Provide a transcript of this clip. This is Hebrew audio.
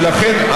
ולכן,